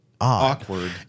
awkward